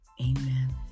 amen